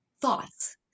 Thoughts